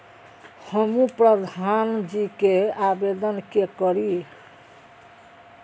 हमू प्रधान जी के आवेदन के करी?